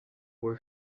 were